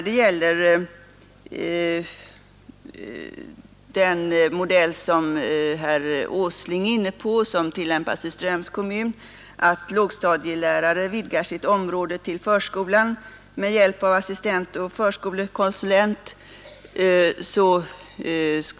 Herr Åsling talade om den modell som tillämpas i Ströms kommun, nämligen att lågstadielärare vidgar sitt område till förskolan med hjälp av assistent och förskolekonsulent.